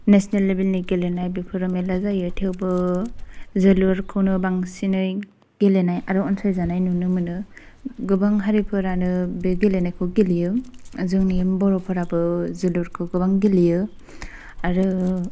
national लेबेल नि गेलेनाय बेफोरो मेरला जायो थेवबो जोलुरखौनो बांसिनै गेलेनाय आरो अनसाय जानाय नुनो मोनो गोबां हारिफोरानो बे गेलेनायखौ गेलेयो जोंनि बर'फोराबो जोलुरखौ गोबां गेलेयो आरो